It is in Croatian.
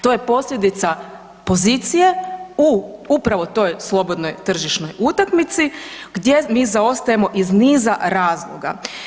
To je posljedica pozicije u upravo toj slobodnoj tržišnoj utakmici gdje mi zaostajemo iz niza razloga.